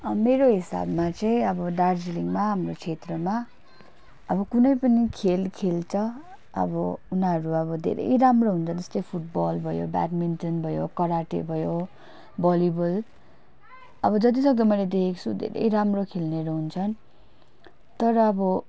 मेरो हिसाबमा चाहिँ अव दार्जिलिङमा हाम्रो क्षेत्रमा अब कुनै पनि खेल खेल्छ अब उनीहरू अब धेरै राम्रो हुन्छ जस्तै फुटबल भयो ब्याडमिन्टन भयो कराँटे भयो भलिबल अब जति सक्दो मैले देखेको छु धेरै राम्रो खेल्नेहरू हुन्छन् तर अब